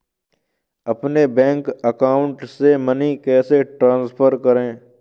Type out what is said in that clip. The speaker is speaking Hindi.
अपने बैंक अकाउंट से मनी कैसे ट्रांसफर करें?